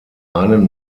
einen